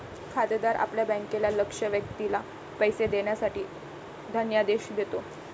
खातेदार आपल्या बँकेला लक्ष्य व्यक्तीला पैसे देण्यासाठी धनादेश देतो